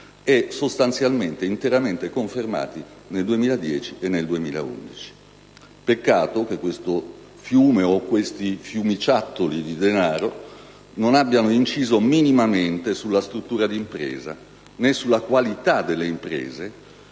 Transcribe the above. e sostanzialmente interamente confermati nel 2010 e nel 2011. Peccato che questo fiume, o questi fiumiciattoli, di denaro non abbiano inciso minimamente sulla struttura di impresa né sulla qualità delle imprese